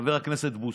חבר הכנסת בוסו.